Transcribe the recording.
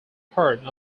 part